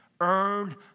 Earn